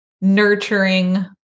nurturing